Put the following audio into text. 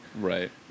Right